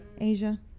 Asia